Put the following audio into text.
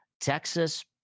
Texas